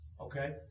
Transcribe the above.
Okay